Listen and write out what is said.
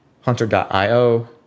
Hunter.io